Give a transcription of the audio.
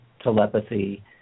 telepathy